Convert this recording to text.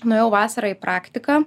nuėjau vasarą į praktiką